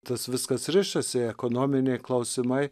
tas viskas rišasi ekonominiai klausimai